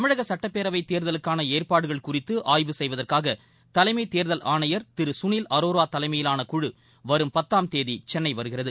தமிழக சட்டப்பேரவைத் தேர்தலுக்கான ஏற்பாடுகள் குறித்து ஆய்வு செய்வதற்காக தலைமை தேர்தல் ஆணையர் திரு சுனில் அரோரா தலைமையிாவான குழு வரும் பத்தாம் தேதி சென்னை வருகிறது